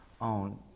own